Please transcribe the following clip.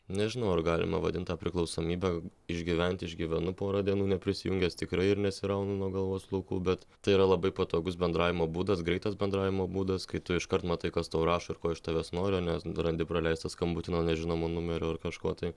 nežinau ar galima vadint tą priklausomybe išgyventi išgyvenu porą dienų neprisijungęs tikrai ir nesiraunu nuo galvos plaukų bet tai yra labai patogus bendravimo būdas greitas bendravimo būdas kai tu iškart matai kas tau rašo ir ko iš tavęs nori nes randi praleistą skambutį nuo nežinomo numerio ar kažko tai